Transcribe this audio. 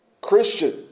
Christian